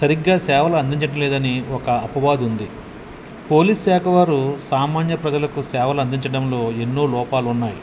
సరిగ్గా సేవలు అందించడంలేదని ఒక అపవాదు ఉంది పోలీస్ శాఖ వారు సామాన్య ప్రజలకు సేవలు అందించడంలో ఎన్నో లోపాలు ఉన్నాయి